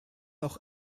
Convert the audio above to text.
auch